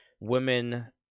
women